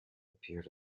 appeared